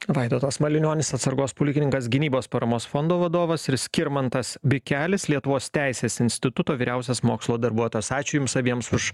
vaidotas malinionis atsargos pulkininkas gynybos paramos fondo vadovas ir skirmantas bikelis lietuvos teisės instituto vyriausias mokslo darbuotojas ačiū jums abiems už